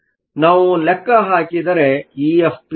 ಆದ್ದರಿಂದ ನಾವು ಲೆಕ್ಕ ಹಾಕಿದರೆ EFp ದ ಬೆಲೆಯು 0